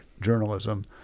journalism